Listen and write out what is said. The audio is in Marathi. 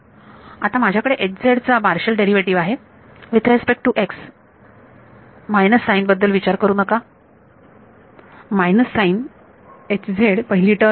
आता माझ्याकडे चा पार्शल डेरिवेटिव आहे with respect to x minus sign बद्दल विचार करू नका मायनस साईन पहिली टर्म